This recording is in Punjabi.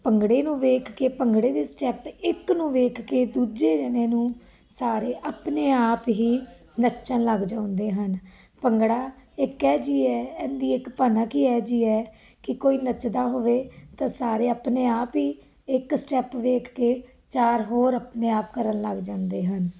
ਭੰਗੜੇ ਨੂੰ ਵੇਖ ਕੇ ਭੰਗੜੇ ਦੇ ਸਟੈਪ ਇੱਕ ਨੂੰ ਵੇਖ ਕੇ ਦੂਜੇ ਜਾਣੇ ਨੂੰ ਸਾਰੇ ਆਪਣੇ ਆਪ ਹੀ ਨੱਚਣ ਲੱਗ ਜਾਂਦੇ ਹਨ ਭੰਗੜਾ ਇੱਕ ਅਜਿਹੀ ਹੈ ਇਹ ਦੀ ਇੱਕ ਭਣਕ ਹੀ ਇਹ ਜਿਹੀ ਹੈ ਕਿ ਕੋਈ ਨੱਚਦਾ ਹੋਵੇ ਤਾਂ ਸਾਰੇ ਆਪਣੇ ਆਪ ਹੀ ਇੱਕ ਸਟੈਪ ਵੇਖ ਕੇ ਚਾਰ ਹੋਰ ਆਪਣੇ ਆਪ ਕਰਨ ਲੱਗ ਜਾਂਦੇ ਹਨ